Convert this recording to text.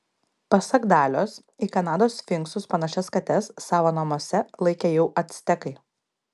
pasak dalios į kanados sfinksus panašias kates savo namuose laikė jau actekai